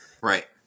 Right